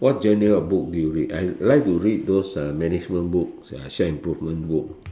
what genre of book do you read I like to read those uh management book self improvement book